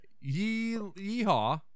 yee-haw